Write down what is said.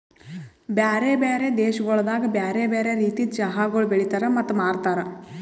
ಬ್ಯಾರೆ ಬ್ಯಾರೆ ದೇಶಗೊಳ್ದಾಗ್ ಬ್ಯಾರೆ ಬ್ಯಾರೆ ರೀತಿದ್ ಚಹಾಗೊಳ್ ಬೆಳಿತಾರ್ ಮತ್ತ ಮಾರ್ತಾರ್